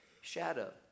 shadow